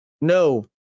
No